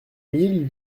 mille